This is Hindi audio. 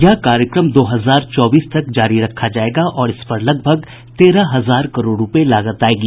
यह कार्यक्रम दो हजार चौबीस तक जारी रखा जायेगा और इस पर लगभग तेरह हजार करोड़ रूपये लागत आयेगी